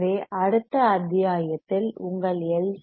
எனவே அடுத்த அத்தியாயத்தில் உங்கள் எல்